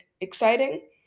exciting